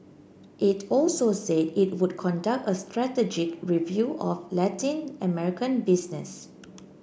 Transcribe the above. it also said it would conduct a strategic review of Latin American business